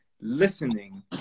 listening